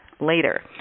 later